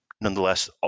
Nonetheless